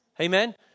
Amen